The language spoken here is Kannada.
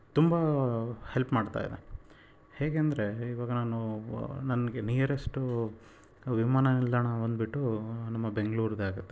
ತುಂಬ ಹೆಲ್ಪ್ ಮಾಡ್ತಾಯಿದೆ ಹೇಗಂದ್ರೆ ಇವಾಗ ನಾನು ವ ನನಗೆ ನಿಯರೆಷ್ಟು ವಿಮಾನ ನಿಲ್ದಾಣ ಬಂದುಬಿಟ್ಟು ನಮ್ಮ ಬೆಂಗ್ಳೂರದ್ದೇ ಆಗುತ್ತೆ